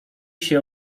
się